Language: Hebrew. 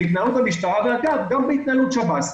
להתנהלות המשטרה וגם בהתנהלות שב"ס,